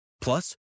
Plus